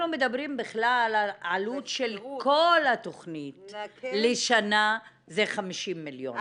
אנחנו מדברים בכלל על עלות של כל התכנית לשנה זה 50 מיליון.